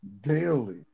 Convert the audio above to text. daily